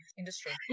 industry